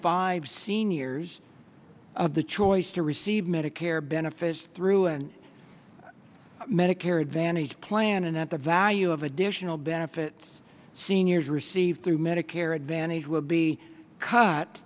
five seniors of the choice to receive medicare benefits through an medicare advantage plan and at the value of additional benefits seniors receive through medicare advantage will be c